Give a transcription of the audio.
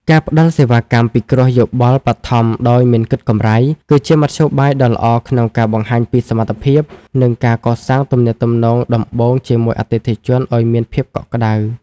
ការផ្ដល់សេវាកម្មពិគ្រោះយោបល់បឋមដោយមិនគិតកម្រៃ គឺជាមធ្យោបាយដ៏ល្អក្នុងការបង្ហាញពីសមត្ថភាព និងការកសាងទំនាក់ទំនងដំបូងជាមួយអតិថិជនឱ្យមានភាពកក់ក្ដៅ។